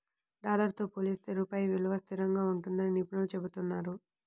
dollar తో పోలిస్తే రూపాయి విలువ స్థిరంగా ఉంటుందని నిపుణులు చెబుతున్నారు